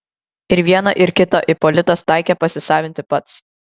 ir vieną ir kitą ipolitas taikė pasisavinti pats